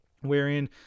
wherein